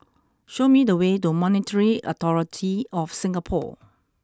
show me the way to Monetary Authority Of Singapore